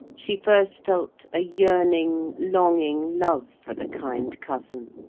she first felt a yearning, longing love for the kind cousin,